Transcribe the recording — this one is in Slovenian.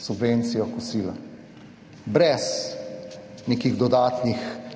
subvencijo kosila? In to brez nekih dodatnih